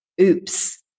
oops